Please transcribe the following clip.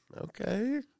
Okay